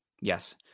Yes